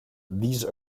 these